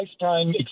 lifetime